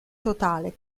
totale